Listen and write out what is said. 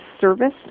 service